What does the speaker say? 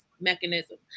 mechanism